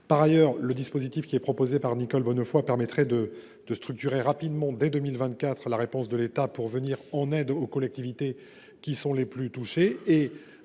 Par ailleurs, le dispositif proposé par Nicole Bonnefoy permettrait de structurer rapidement – dès 2024 – la réponse de l’État pour venir en aide aux collectivités les plus touchées.